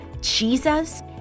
Jesus